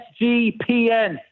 SGPN